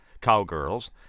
Cowgirls